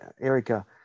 Erica